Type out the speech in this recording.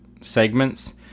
segments